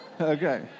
Okay